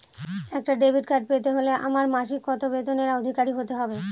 একটা debit card পেতে হলে আমার মাসিক কত বেতনের অধিকারি হতে হবে?